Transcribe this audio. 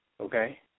okay